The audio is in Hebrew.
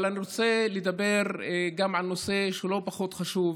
אבל אני רוצה לדבר גם על נושא שהוא לא פחות חשוב,